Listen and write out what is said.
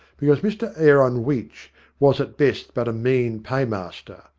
because mr aaron weech was at best but a mean paymaster,